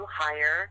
hire